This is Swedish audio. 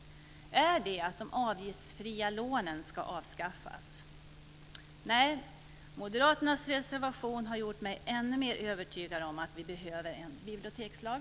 Är det att de avgiftsfria lånen ska avskaffas? Nej, Moderaternas reservation har gjort mig ännu mer övertygad om att vi behöver en bibliotekslag.